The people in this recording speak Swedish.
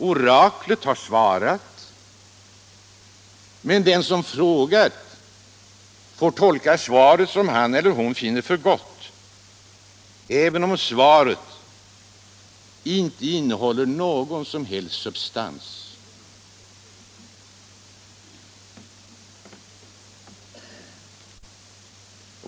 Oraklet har svarat, men den som frågat får tolka svaret som han eller hon finner för gott, även om svaret inte innehåller någon som helst substans.